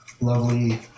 lovely